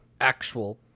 actual